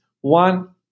One